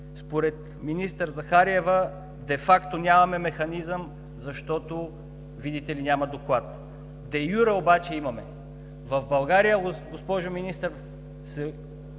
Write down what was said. според министър Захариева де факто нямаме механизъм, защото, видите ли, няма доклад. Де юре обаче имаме! В България, госпожо Министър,